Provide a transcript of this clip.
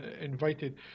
invited